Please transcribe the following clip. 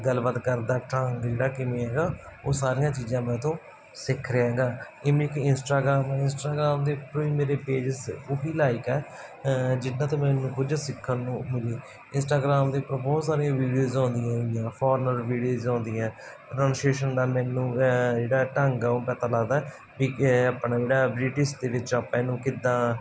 ਗੱਲਬਾਤ ਕਰਨ ਦਾ ਢੰਗ ਜਿਹੜਾ ਕਿਵੇਂ ਹੈਗਾ ਉਹ ਸਾਰੀਆਂ ਚੀਜ਼ਾਂ ਮੈਂ ਉੱਥੋਂ ਸਿੱਖ ਰਿਹਾ ਹੈਗਾ ਇਮੇਂ ਕਿ ਇੰਸਟਾਗ੍ਰਾਮ ਇੰਸਟਾਗ੍ਰਾਮ ਦੇ ਮੇਰੇ ਪੇਜਸ ਉਹੀ ਲਾਇਕ ਹੈ ਜਿਹਨਾਂ ਤੋਂ ਮੈਨੂੰ ਕੁਝ ਸਿੱਖਣ ਨੂੰ ਮਿਲੇ ਇੰਸਟਾਗਰਾਮ ਦੇ ਉੱਪਰ ਬਹੁਤ ਸਾਰੀਆਂ ਵੀਡੀਓਜ਼ ਆਉਂਦੀਆਂ ਹੈਗੀਆਂ ਫੋਰਨਰ ਵੀਡੀਓਜ਼ ਆਉਂਦੀਆਂ ਉਹਨਾਂ ਨੂੰ ਦਾ ਮੈਨੂੰ ਜਿਹੜਾ ਢੰਗ ਆ ਉਹ ਪਤਾ ਲੱਗਦਾ ਵੀ ਆਪਣਾ ਜਿਹੜਾ ਬ੍ਰਿਟਿਸ਼ ਦੇ ਵਿੱਚ ਆਪਾਂ ਇਹਨੂੰ ਕਿੱਦਾਂ